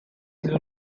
sido